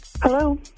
Hello